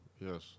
Yes